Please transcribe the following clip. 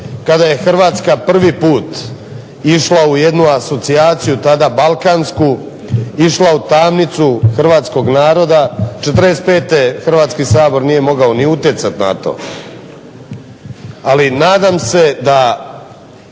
kada je Hrvatska prvi put išla u jednu asocijaciju, tada Balkansku, išla u tamnicu hrvatskog naroda. '45. Hrvatski sabor nije mogao ni utjecati na to. Ali, nadam se da